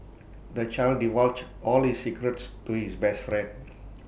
the child divulged all his secrets to his best friend